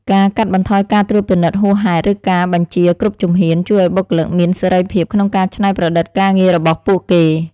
ការកាត់បន្ថយការត្រួតពិនិត្យហួសហេតុឬការបញ្ជាគ្រប់ជំហាន ជួយឱ្យបុគ្គលិកមានសេរីភាពក្នុងការច្នៃប្រឌិតការងាររបស់ពួកគេ។